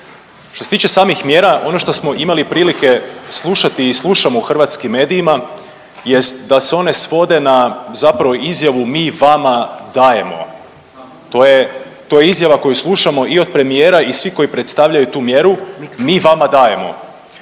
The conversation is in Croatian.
Što se tiče samih mjera ono što smo imali prilike slušati i slušamo u hrvatskim medijima jest da se one svode na zapravo izjavu „mi vama dajemo“. To je, to je izjava koju slušamo i od premijera i svih koji predstavljaju tu mjeru „mi vama dajemo“,